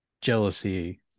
jealousy